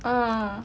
uh